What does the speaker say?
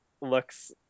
looks